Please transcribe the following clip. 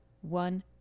one